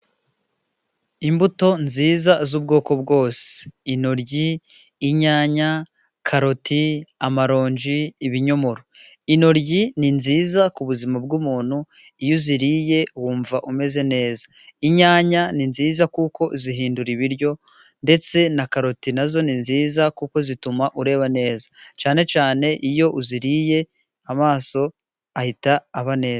Imbuto nziza z'ubwoko bwose intoryi, inyanya, karoti, amaronji ibinyomoro. Intoryi ni nziza ku buzima bw'umuntu iyo uziriye wumva umeze neza. Inyanya ni nziza kuko zihindura ibiryo ndetse na karoti na zo ni nziza kuko zituma ureba neza cyane cyane iyo uziriye amaso ahita aba neza.